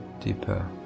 deeper